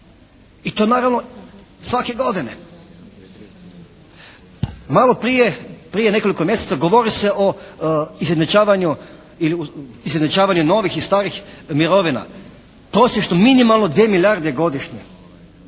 i to naravno svake godine. Maloprije, prije nekoliko mjeseci govori se o izjednačavanju ili izjednačavanju novih i starih mirovina. Prosječno minimalno 2 milijarde godišnje.